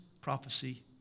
prophecy